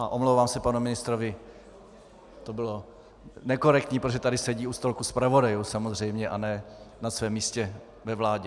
Omlouvám se panu ministrovi, to bylo nekorektní, protože tady sedí u stolku zpravodajů a ne na svém místě ve vládě.